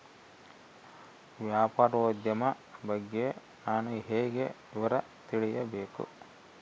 ವ್ಯಾಪಾರೋದ್ಯಮ ಬಗ್ಗೆ ನಾನು ಹೇಗೆ ವಿವರ ತಿಳಿಯಬೇಕು?